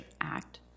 Act